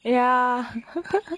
ya ppl